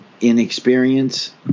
inexperience